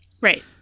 right